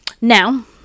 Now